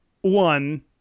One